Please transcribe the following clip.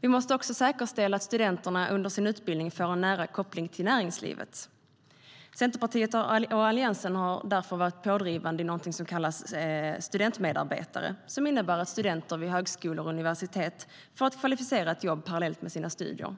Vi måste också säkerställa att studenterna under sin utbildning får en nära koppling till näringslivet. Centerpartiet och Alliansen har därför varit pådrivande för någonting som kallas studentmedarbetare och som innebär att studenter vid högskolor och universitet får ett kvalificerat jobb parallellt med sina studier.